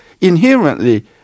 inherently